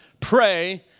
Pray